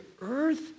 earth